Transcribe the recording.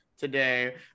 today